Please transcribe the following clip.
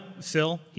Phil